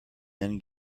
then